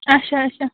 اَچھا اَچھا